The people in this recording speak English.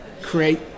create